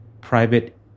private